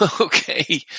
Okay